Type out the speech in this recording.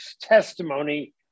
testimony